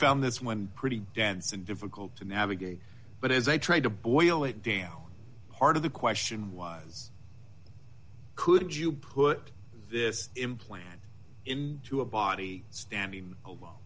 found this one pretty dense and difficult to navigate but as i tried to boil it down part of the question was could you put this implant in to a body standing